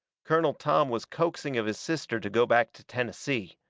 colonel tom was coaxing of his sister to go back to tennessee.